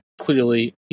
clearly